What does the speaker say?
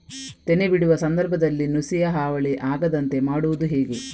ತೆನೆ ಬಿಡುವ ಸಂದರ್ಭದಲ್ಲಿ ನುಸಿಯ ಹಾವಳಿ ಆಗದಂತೆ ಮಾಡುವುದು ಹೇಗೆ?